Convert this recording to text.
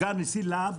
סגן נשיא להב,